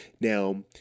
Now